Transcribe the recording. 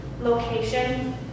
location